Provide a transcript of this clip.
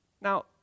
Now